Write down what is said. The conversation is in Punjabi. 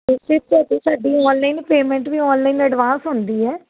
ਅਤੇ ਫਿਰ ਤੁਹਾਨੂੰ ਸਾਡੀ ਆਨਲਾਈਨ ਪੇਮੈਂਟ ਵੀ ਆਨਲਾਈਨ ਐਡਵਾਂਸ ਹੁੰਦੀ ਹੈ